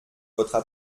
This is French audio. votera